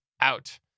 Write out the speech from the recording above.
out